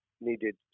needed